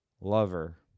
lover